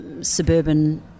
Suburban